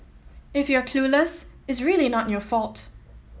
if you're clueless it's really not your fault